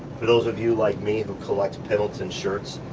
for those of you like me, who collect pendleton shirts,